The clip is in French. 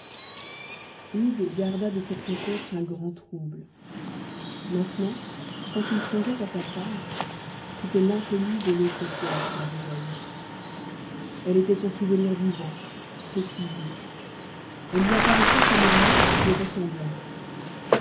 hugues garda de cette rencontre un grand trouble maintenant quand il songeait à sa femme c'était l'inconnue de l'autre soir qu'il revoyait elle était son souvenir vivant précisé elle lui apparaissait comme la morte plus ressemblante